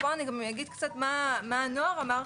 פה אני אגיד מה הנוער אמר,